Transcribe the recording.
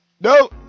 No